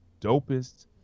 dopest